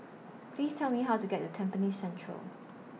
Please Tell Me How to get to Tampines Central